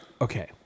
Okay